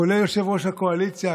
כולל יושב-ראש הקואליציה,